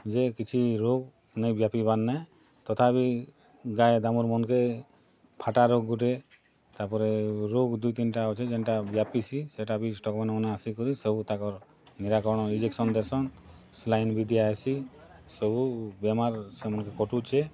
ଯେ କିଛି ରୋଗ୍ ନାଇଁ ବ୍ୟାପିବାରନେ ତଥାବି ଗାଏଦାମୁର ମନକେ ଫାଟା ରୋଗ ଗୁଟେ ତାର୍ ପରେ ରୋଗ୍ ଦୁଇ ତିନଟା ଅଛେ ଯେନଟା ବ୍ୟାପିସି ସେଟା ବି ଷ୍ଟକମ୍ୟାନ୍ ମାନେ ଆସିକରି ସବୁ ତାକର ନିରାକରଣ ଇନଜେକସନ୍ ଦେସନ୍ ସିଲାଇନ୍ ବି ଦିଆହେସି ସବୁ ବେମାର ସେମାନକେ କଟୁଛେ